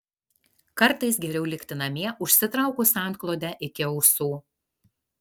kartais geriau likti namie užsitraukus antklodę iki ausų